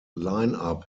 lineup